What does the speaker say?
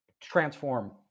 transform